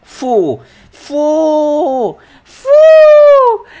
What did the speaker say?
!fuh! !fuh! !fuh!